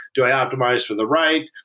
do i optimize for the write?